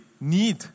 need